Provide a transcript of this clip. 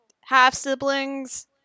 half-siblings